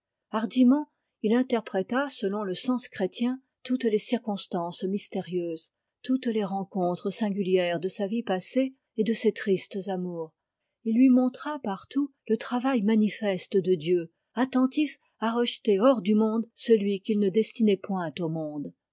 hardiment il interpréta selon le sens chrétien toutes les circonstances mystérieuses toutes les rencontres singulières de sa vie passée et de ses tristes amours il lui montra partout le travail manifesté de dieu attentif à rejeter hors du monde celui qu'il ne destinait point au monde